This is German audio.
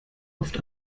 oft